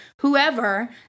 whoever